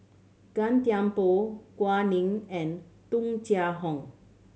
Gan Thiam Poh Gao Ning and Tung Chye Hong